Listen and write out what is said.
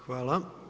Hvala.